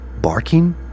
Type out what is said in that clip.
barking